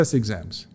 exams